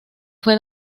fue